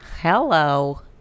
hello